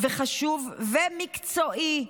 חשוב ומקצועי,